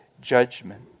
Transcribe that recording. judgment